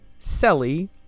Selly